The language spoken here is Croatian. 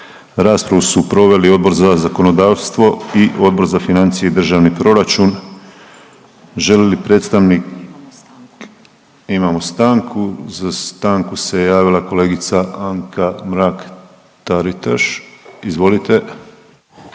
Raspravu su proveli Odbor za zakonodavstvo i Odbor za financije i državni proračun. Želi li predstavnik, imamo stanku, za stanku se javila kolegica Anka Mrak Taritaš. Izvolite.